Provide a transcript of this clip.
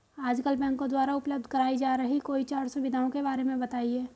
आजकल बैंकों द्वारा उपलब्ध कराई जा रही कोई चार सुविधाओं के बारे में बताइए?